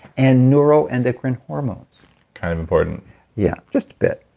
and neuroendocrine hormones kind of important yeah. just a bit.